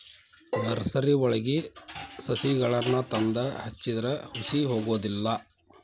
ನರ್ಸರಿವಳಗಿ ಸಸಿಗಳನ್ನಾ ತಂದ ಹಚ್ಚಿದ್ರ ಹುಸಿ ಹೊಗುದಿಲ್ಲಾ